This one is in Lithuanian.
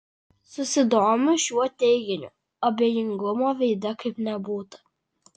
susidomiu šiuo teiginiu abejingumo veide kaip nebūta